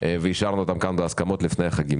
ואישרנו אותם כאן בהסכמות לפני החגים.